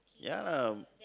ya lah